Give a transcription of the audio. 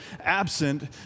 absent